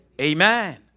Amen